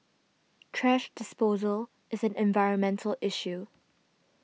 thrash disposal is an environmental issue